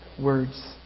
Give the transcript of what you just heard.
words